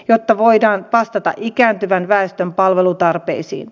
tätä voidaan vastata ikääntyvän väestön palvelutarpeisiin